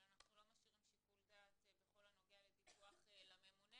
אבל אנחנו לא משאירים שיקול דעת בכל הנוגע לחובת דיווח לממונה.